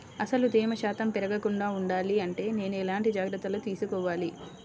అసలు తేమ శాతం పెరగకుండా వుండాలి అంటే నేను ఎలాంటి జాగ్రత్తలు తీసుకోవాలి?